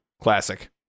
Classic